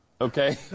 okay